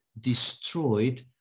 destroyed